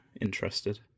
interested